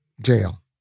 jail